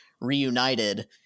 reunited